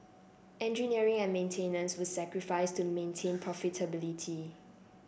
engineering and maintenance were sacrificed to maintain profitability